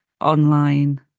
online